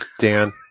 Dan